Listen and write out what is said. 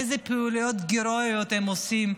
איזה פעולות הירואיות הם עושים,